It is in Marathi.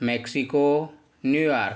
Mexico New York